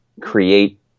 create